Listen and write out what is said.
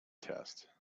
test